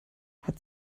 hat